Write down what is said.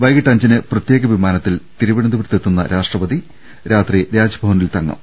വൈകീട്ട് അഞ്ചിന് പ്രത്യേക വിമാനത്തിൽ തിരുവനന്തപുരത്തെത്തുന്ന രാഷ്ട്ര പതി രാത്രി രാജ്ഭവനിൽ തങ്ങും